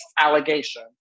allegation